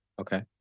Okay